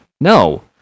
no